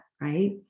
right